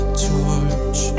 torch